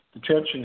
detention